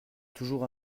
toujours